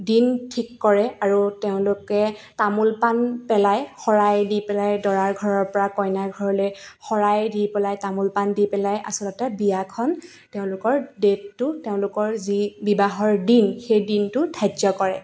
দিন ঠিক কৰে আৰু তেওঁলোকে তামোল পাণ পেলায় শৰাই দি পেলাই দৰাৰ ঘৰৰ পৰা কইনা ঘৰলৈ শৰাই দি পেলাই তামোল পাণ দি পেলাই আচলতে বিয়াখন তেওঁলোকৰ ডেটটো তেওঁলোকৰ যি বিবাহৰ দিন সেই দিনটো ধাৰ্য কৰে